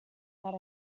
that